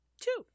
two